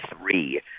three